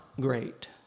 great